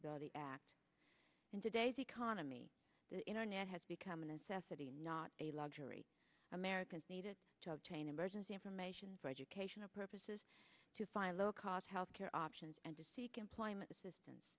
y act in today's economy the internet has become a necessity not a luxury americans needed to obtain emergency information for educational purposes to find low cost health care options and to seek employment assistance